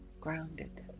grounded